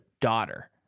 daughter